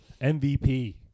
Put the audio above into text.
MVP